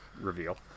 reveal